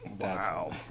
Wow